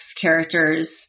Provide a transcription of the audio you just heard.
characters